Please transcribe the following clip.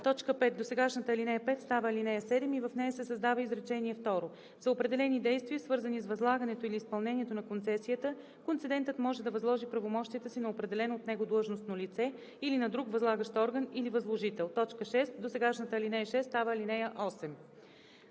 5. Досегашната ал. 5 става ал. 7 и в нея се създава изречение второ: „За определени действия, свързани с възлагането или изпълнението на концесията, концедентът може да възложи правомощията си на определено от него длъжностно лице или на друг възлагащ орган или възложител.“ 6. Досегашната ал. 6 става ал. 8.“